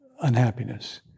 unhappiness